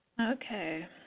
Okay